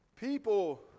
People